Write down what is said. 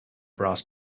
brass